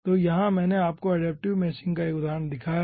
तो यहाँ मैंने आपको एडप्टिव मेशिंग का 1 उदाहरण दिखाया है